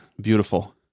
beautiful